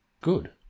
good